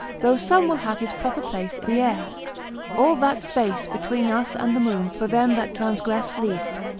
though some will have his proper place the air all that space between us and the moon for them that transgressed least,